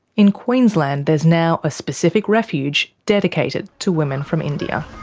in queensland there's now a specific refuge dedicated to women from india.